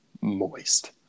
moist